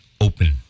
open